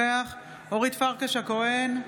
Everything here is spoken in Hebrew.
אינו נוכח אורית פרקש הכהן,